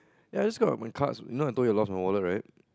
ya I just got my cards you I told you I lost my wallet right